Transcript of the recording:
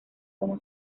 como